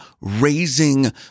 raising